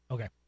Okay